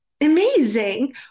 amazing